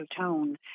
tone